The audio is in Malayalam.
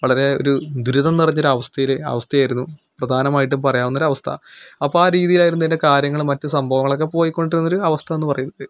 വളരെ ഒരു ദുരിതം നിറഞ്ഞ ഒരു അവസ്ഥയിൽ അവസ്ഥയായിരുന്നു പ്രധാനമായിട്ടും പറയാവുന്ന ഒരവസ്ഥ അപ്പം ആ രീതിയായിരുന്നു അതിൻ്റെ കാര്യങ്ങളും മറ്റ് സംഭവങ്ങളും ഒക്കെ പോയിക്കൊണ്ടിരുന്ന ഒരവസ്ഥ എന്ന് പറയുന്നത്